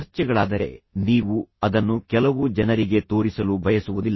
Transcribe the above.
ಚರ್ಚೆಗಳಾದರೆ ನೀವು ಅದನ್ನು ಕೆಲವು ಜನರಿಗೆ ತೋರಿಸಲು ಬಯಸುವುದಿಲ್ಲ